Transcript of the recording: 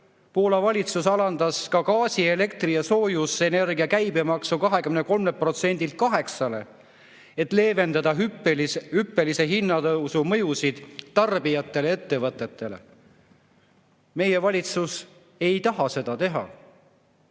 Poola valitsus alandas ka gaasi, elektri ja soojusenergia käibemaksu 23%‑lt 8%‑le, et leevendada hüppelise hinnatõusu mõju tarbijatele ja ettevõtetele. Meie valitsus ei taha seda teha.